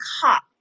cop